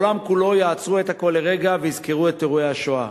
בעולם כולו יעצרו את הכול לרגע ויזכרו את אירועי השואה,